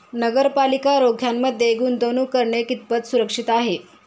नगरपालिका रोख्यांमध्ये गुंतवणूक करणे कितपत सुरक्षित आहे?